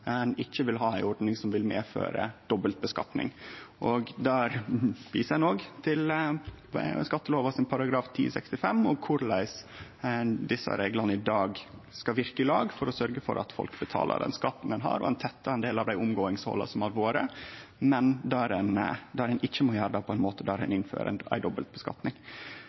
dag skal verke i lag for å sørgje for at folk betaler den skatten ein har, og ein tettar ein del av dei omgåingshola som har vore, men ein må ikkje gjere det på ein måte der ein innfører ei dobbeltskattlegging. Vidare blir det skissert ei